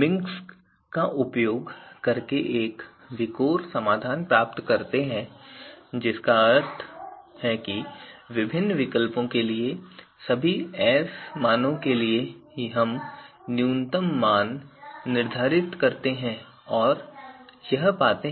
मिंकस्क का उपयोग करके एक विकोर समाधान प्राप्त करते हैं जिसका अर्थ है कि विभिन्न विकल्पों के लिए सभी S मानों के लिए हम न्यूनतम S मान निर्धारित करते हैं और पाते हैं